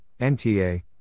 NTA